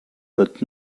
but